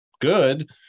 good